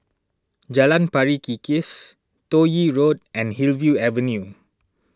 Jalan Pari Kikis Toh Yi Road and Hillview Avenue